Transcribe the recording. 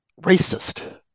racist